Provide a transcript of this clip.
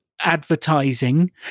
advertising